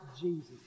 Jesus